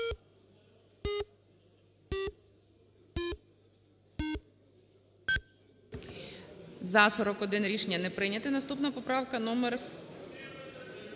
За-41 Рішення не прийняте. Наступна поправка номер…